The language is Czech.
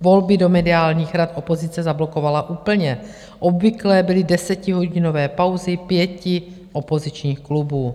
Volby do mediálních rad opozice zablokovala úplně, obvyklé byly desetihodinové pauzy pěti opozičních klubů.